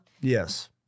Yes